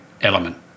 element